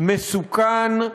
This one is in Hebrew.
מסוכן,